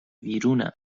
ویرونم